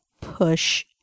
push